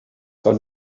tal